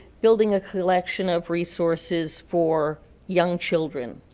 building a collection of resources for young children,